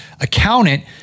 accountant